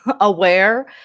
aware